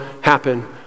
happen